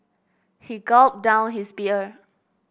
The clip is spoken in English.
he gulped down his beer